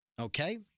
Okay